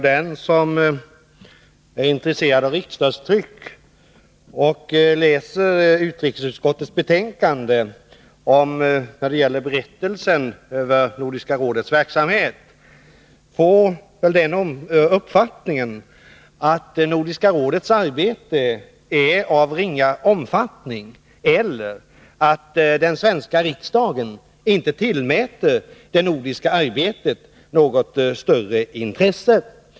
Den som är intresserad av riksdagstryck och läser utrikesutskottets betänkande när det gäller berättelsen över Nordiska rådets verksamhet, får väl den uppfattningen att nordiska rådets arbete är av ringa omfattning eller att den svenska riksdagen inte tillmäter det nordiska arbetet något större intresse.